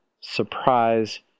surprise